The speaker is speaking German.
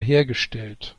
hergestellt